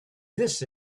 this